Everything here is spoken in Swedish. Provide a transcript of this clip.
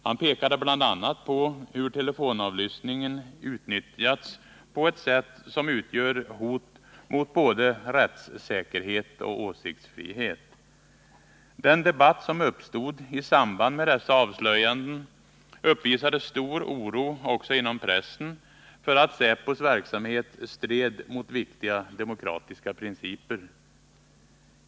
Han pekade bl.a. på hur telefonavlyssningen utnyttjats på ett sätt som utgör hot mot både rättssäkerhet och åsiktsfrihet. Den debatt som uppstod i samband med dessa avslöjanden visade att det rådde stor oro också inom pressen för att säpos verksamhet stred mot viktiga demokratiska principer.